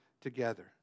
together